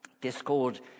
discord